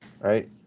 Right